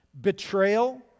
betrayal